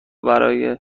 برای